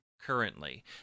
currently